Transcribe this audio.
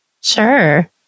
Sure